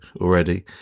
already